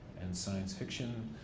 and science fiction,